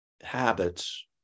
habits